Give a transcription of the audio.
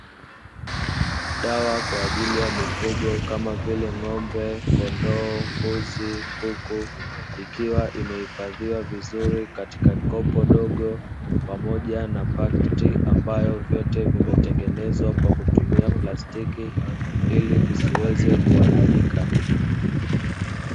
Dawa kwa ajili ya mifugo kama vile ng'ombe, kondoo, mbuzi, kuku ikiwa imehifadhiwa vizuri katika kopo dogo pamoja na pakiti ambayo vyote vimetengenezwa kwa kutumia plastiki ili visiweze kuharibika.